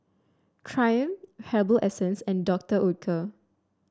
Triumph Herbal Essences and Doctor Oetker